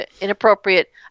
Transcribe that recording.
inappropriate